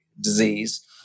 disease